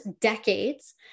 decades